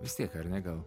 vis tiek ar ne gal